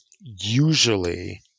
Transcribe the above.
usually